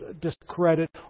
discredit